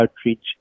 outreach